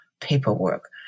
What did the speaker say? paperwork